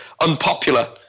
unpopular